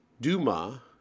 Duma